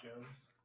Jones